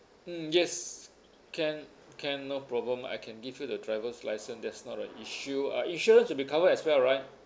mm yes can can no problem I can give you the driver's license that's not an issue uh insurance will be covered as well right